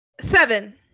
seven